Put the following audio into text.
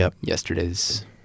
yesterday's